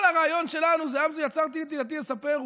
כל הרעיון שלנו זה "עם זוּ יצרתי לי תהלתי יספרו".